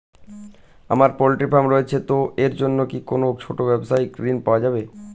আমার poultry farm রয়েছে তো এর জন্য কি কোনো ছোটো ব্যাবসায়িক ঋণ পাওয়া যাবে?